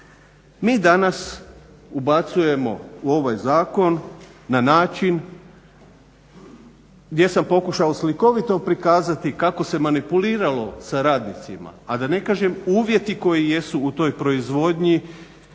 Mi danas ubacujemo u ovaj zakon na način gdje sam pokušao slikovito prikazati kako se manipuliralo sa radnicima, a da ne kažem uvjeti koji jesu u toj proizvodnji